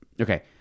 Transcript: Okay